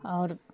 और